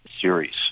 series